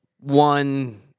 one